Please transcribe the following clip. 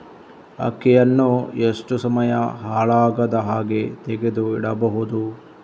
ಅಕ್ಕಿಯನ್ನು ಎಷ್ಟು ಸಮಯ ಹಾಳಾಗದಹಾಗೆ ತೆಗೆದು ಇಡಬಹುದು?